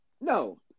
No